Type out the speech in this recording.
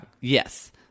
Yes